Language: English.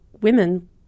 women